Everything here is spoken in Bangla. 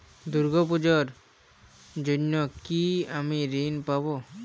দুর্গা পুজোর জন্য কি আমি ঋণ পাবো?